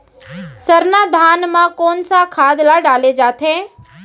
सरना धान म कोन सा खाद ला डाले जाथे?